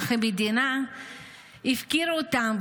אך המדינה הפקירה אותם,